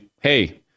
hey